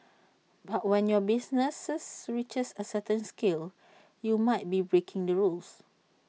but when your business reaches A certain scale you might be breaking the rules